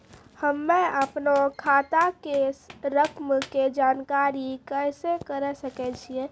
हम्मे अपनो खाता के रकम के जानकारी कैसे करे सकय छियै?